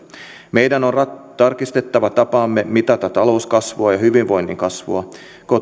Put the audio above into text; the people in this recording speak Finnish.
meidän on tarkistettava tapamme mitata talouskasvua ja hyvinvoinnin kasvua